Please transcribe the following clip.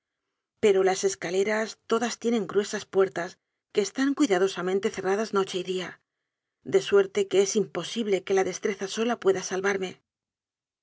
pero las escaleras todas tienen gruesas puertas que están cuidadosamente cerradas noche y día de suerte que es imposible que la destreza sola pueda salvarme